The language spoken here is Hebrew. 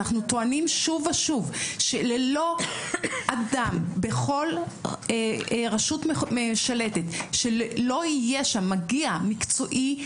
אנחנו טוענים שוב ושוב שללא אדם בכל רשות שלטת שלא יהיה שם מגיה מקצועי,